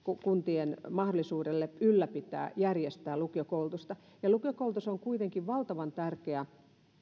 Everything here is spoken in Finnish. kuntien mahdollisuudelle ylläpitää järjestää lukiokoulutusta lukiokoulutus on kuitenkin valtavan tärkeä